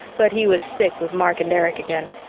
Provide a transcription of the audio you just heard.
but he was thick with mark and erich again.